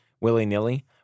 willy-nilly